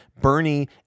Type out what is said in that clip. Bernie